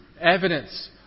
evidence